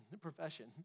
profession